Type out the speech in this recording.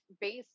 based